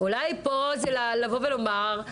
אולי פה זה לבוא ולומר.